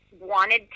wanted